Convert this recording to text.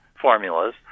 formulas